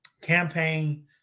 campaign